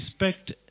Respect